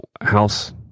house